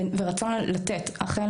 ורצון לתת, החל